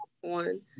one